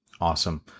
Awesome